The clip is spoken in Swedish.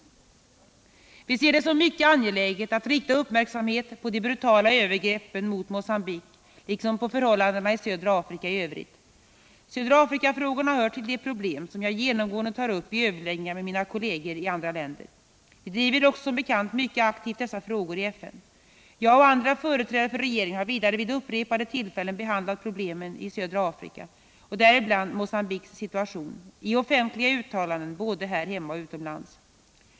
Vi ser det som mycket angeläget att rikta uppmärksamhet på de brutala övergreppen mot Mogambique liksom på förhållandena i södra Afrika i övrigt. Södra Afrika-frågorna hör till de problem som jag genomgående tar upp i överläggningar med mina kolleger i andra länder. Vi driver också som bekant mycket aktivt dessa frågor i FN. Jag och andra företrädare för regeringen har vidare vid upprepade tillfällen behandlat problemen i södra Afrika, och däribland Mogambiques situation, i offentliga uttalanden både här hemma och utomlands.